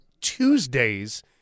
Tuesdays